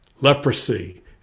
leprosy